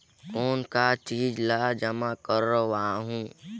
कौन का चीज ला जमा करवाओ?